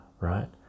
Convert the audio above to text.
right